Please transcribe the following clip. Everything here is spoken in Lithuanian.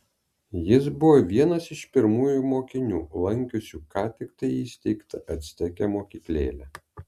jis buvo vienas iš pirmųjų mokinių lankiusių ką tiktai įsteigtą acteke mokyklėlę